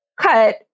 cut